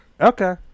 Okay